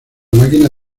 máquina